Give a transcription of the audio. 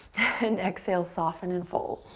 and exhale, soften and fold.